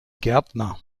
gärtner